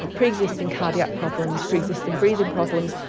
and pre-existing cardiac problems, pre-existing breathing problems,